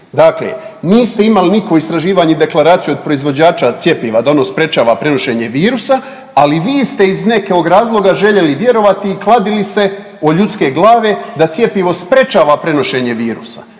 Dakle niste imali nikakvo istraživanje i deklaraciju od proizvođača cjepiva da ono sprječava prenošenje virusa ali vi ste iz nekog razloga željeli vjerovati i kladili se o ljudske glave da cjepivo sprječava prenošenje virusa